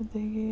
ꯑꯗꯒꯤ